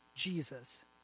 Jesus